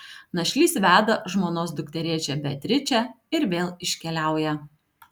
našlys veda žmonos dukterėčią beatričę ir vėl iškeliauja